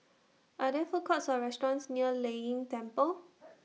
Are There Food Courts Or restaurants near Lei Yin Temple